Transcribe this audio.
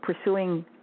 pursuing